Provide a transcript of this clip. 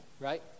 right